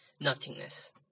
nothingness